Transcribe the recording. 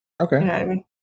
okay